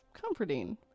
comforting